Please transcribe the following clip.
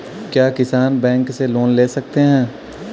क्या किसान बैंक से लोन ले सकते हैं?